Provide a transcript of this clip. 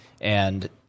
And-